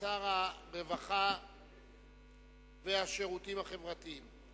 שר הרווחה והשירותים החברתיים.